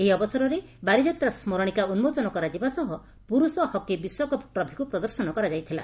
ଏହି ଅବସରରେ ବାଲିଯାତ୍ରା ସ୍କରଶିକା ଉନ୍କୋଚନ କରାଯିବା ସହ ପୁରୁଷ ହକି ବିଶ୍ୱକପ୍ ଟ୍ରଫିକୁ ପ୍ରଦର୍ଶନ କରାଯାଇଥିଲା